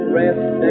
rest